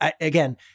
again